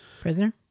Prisoner